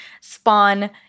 spawn